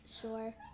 sure